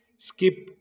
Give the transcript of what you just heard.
skip